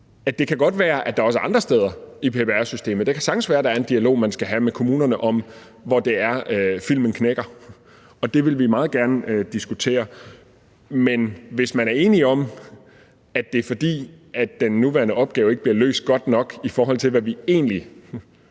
godt kan være, at det også kan være andre steder i PPR-systemet. Det kan sagtens være, at man skal have en dialog med kommunerne om, hvor det er, filmen knækker, og det vil vi meget gerne diskutere. Men hvis man er enige om, at det er, fordi den nuværende opgave ikke bliver løst godt nok i forhold til, hvad vi egentlig